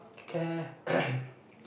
care